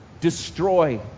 destroy